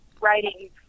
writing